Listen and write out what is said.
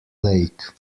lake